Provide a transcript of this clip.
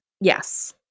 Yes